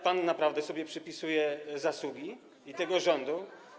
Pan naprawdę sobie przypisuje zasługi i temu rządowi?